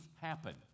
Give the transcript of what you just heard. happen